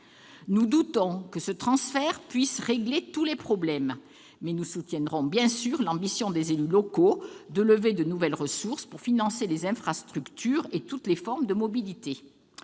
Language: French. Nous doutons que ce transfert puisse régler tous les problèmes, mais nous soutiendrons bien sûr l'ambition des élus locaux de lever de nouvelles ressources pour financer les infrastructures de transport et toutes les formes de mobilité.